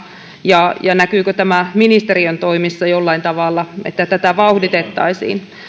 ja ja näkyykö tämä ministeriön toimissa jollain tavalla että tätä vauhditettaisiin